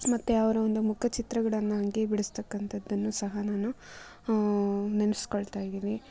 ಮತ್ತು ಅವರ ಒಂದು ಮುಖಚಿತ್ರಗಳನ್ನಾಗಿ ಬಿಡಿಸಿರ್ತಕಂಥದ್ದನ್ನು ಸಹ ನಾನು ನೆನೆಸ್ಕೊಳ್ತಾ ಇದ್ದೀನಿ